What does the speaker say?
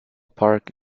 park